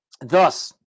thus